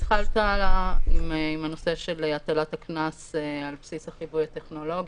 התחלת עם הנושא של הטלת הקנס על בסיס החיווי הטכנולוגי,